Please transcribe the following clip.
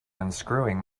unscrewing